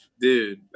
dude